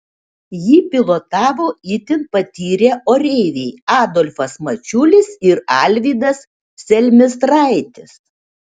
jį pilotavo itin patyrę oreiviai adolfas mačiulis ir alvydas selmistraitis